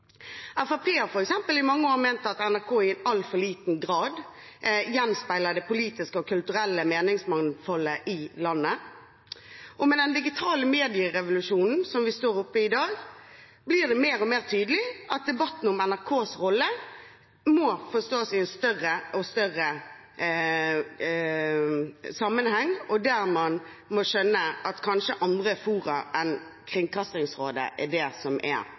politiske og kulturelle meningsmangfoldet i landet. Med den digitale medierevolusjonen vi står i i dag, blir det stadig mer tydelig at debatten om NRKs rolle må ses i en større sammenheng, man må skjønne at det kanskje er fornuftig med andre fora enn Kringkastingsrådet. Vi er opptatt av at det i framtiden skal finnes gode muligheter til å korrigere det redaksjonelle innholdet i NRK, men det er